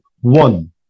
one